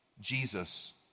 Jesus